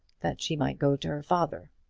that she might go to her father.